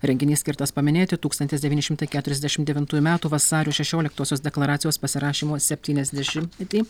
renginys skirtas paminėti tūkstantis devyni šimtai keturiasdešim devintųjų metų vasario šešioliktosios deklaracijos pasirašymo septyniasdešimtmetį